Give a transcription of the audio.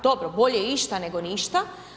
Dobro, bolje išta nego ništa.